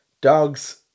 dogs